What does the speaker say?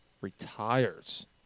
retires